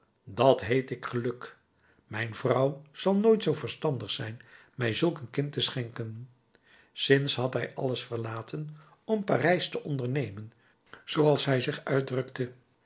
dat heet ik geluk mijn vrouw zal nooit zoo verstandig zijn mij zulk een kind te schenken sinds had hij alles verlaten om parijs te ondernemen zooals hij zich uitdrukte